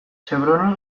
chevroni